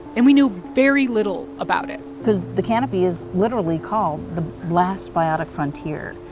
and we knew very little about it because the canopy is literally called the last biotic frontier.